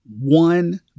one